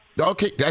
Okay